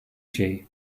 şey